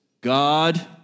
God